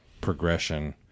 progression